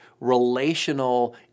relational